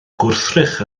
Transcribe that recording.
gwrthrych